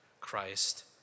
Christ